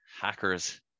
hackers